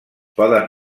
poden